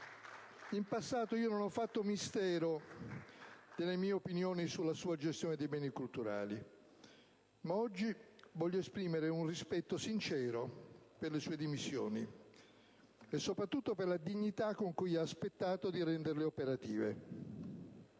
In passato, non ho fatto mistero delle mie opinioni sulla sua gestione dei beni culturali, ma oggi voglio esprimere un rispetto sincero per le sue dimissioni e, soprattutto, per la dignità con cui ha aspettato di renderle operative.